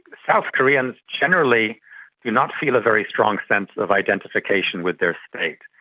south koreans generally do not feel a very strong sense of identification with their state.